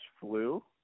flu